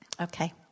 Okay